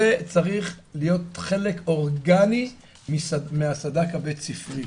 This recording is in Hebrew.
צריך להיות חלק אורגני מהסד"ק הבית סיפרי,